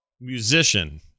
Musician